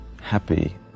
happy